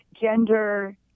Gender